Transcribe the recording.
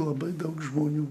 labai daug žmonių